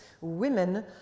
women